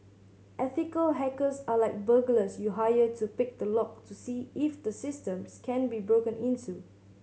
ethical hackers are like burglars you hire to pick the lock to see if the systems can be broken into